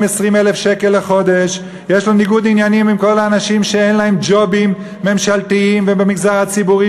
שאין להם ג'ובים ממשלתיים ובמגזר הציבורי,